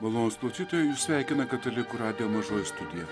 malonūs klausytojai jus sveikina katalikų radijo mažoji studija